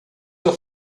your